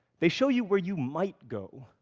they show you where you might go.